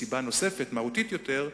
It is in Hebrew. סיבה נוספת, מהותית יותר: